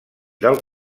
del